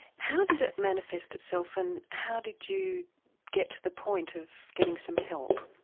how did it manifest itself and how did you get to the point of getting some help?